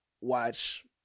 watch